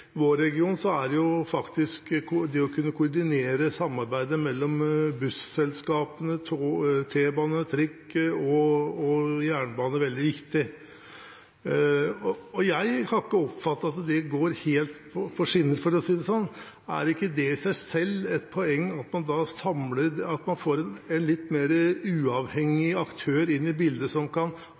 vår region er faktisk det å kunne koordinere samarbeidet mellom busselskapene, T-bane, trikk og jernbane veldig viktig, og jeg har ikke oppfattet at det går helt på skinner, for å si det sånn. Er det ikke i seg selv et poeng å få en litt mer uavhengig aktør inn i bildet som kan